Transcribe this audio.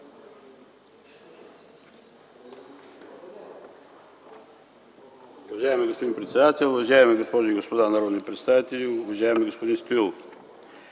Уважаеми господин председател, уважаеми госпожи и господа народни представители, уважаеми господин Стоилов!